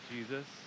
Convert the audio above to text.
Jesus